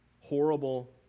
horrible